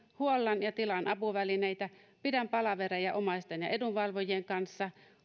huollan ja tilaan apuvälineitä pidän palavereja omaisten ja edunvalvojien kanssa